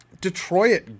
Detroit